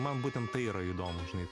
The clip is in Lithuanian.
man būtent tai yra įdomu žinai